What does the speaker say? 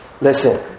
Listen